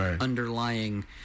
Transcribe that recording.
underlying